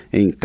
em